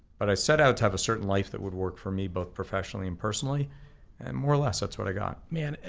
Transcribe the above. but i set out to have a certain life that would work for me both professionally and personally and more or less that's what i got. man,